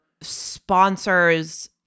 sponsors